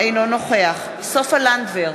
אינו נוכח סופה לנדבר,